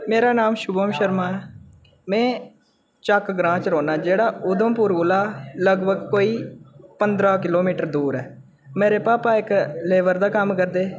मेरा नांऽ शुभम शर्मा ऐ में चक्क ग्रांऽ च रौह्ना ऐ जेह्ड़ा उधमपुर कोला लगभग कोई पंदरां किलोमीटर दूर ऐ मेरे भापा इक लेबर दा कम्म करदे